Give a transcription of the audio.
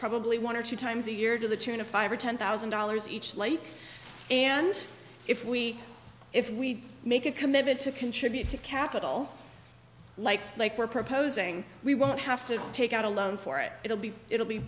probably one or two times a year to the tune of five or ten thousand dollars each life and if we if we make a commitment to contribute to capital like like we're proposing we won't have to take out a loan for it it'll be it'll be